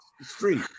Street